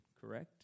Correct